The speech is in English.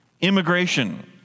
Immigration